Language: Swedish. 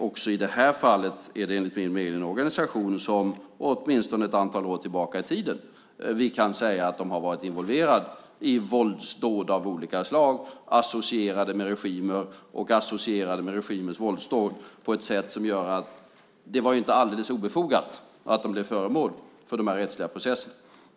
Också i det här fallet är det enligt min mening fråga om en organisation som vi, åtminstone ett antal år tillbaka i tiden, kan säga har varit involverad i våldsdåd av olika slag, associerad med regimer och associerad med regimers våldsdåd på ett sätt som gör att det inte var alldeles obefogat att den blev föremål för de här rättsliga processerna.